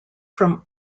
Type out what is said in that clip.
from